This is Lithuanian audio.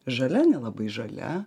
žalia nelabai žalia